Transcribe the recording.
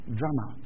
drama